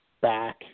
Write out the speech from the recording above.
back